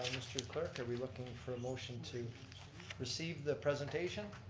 mr. clerk, are we looking for a motion to receive the presentation?